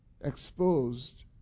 exposed